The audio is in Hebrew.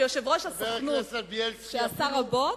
כיושב-ראש הסוכנות שעשה רבות,